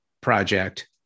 project